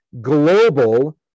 global